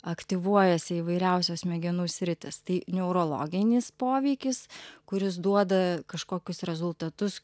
aktyvuojasi įvairiausios smegenų sritys tai neurologinis poveikis kuris duoda kažkokius rezultatus